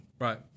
right